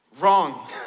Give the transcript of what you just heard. Wrong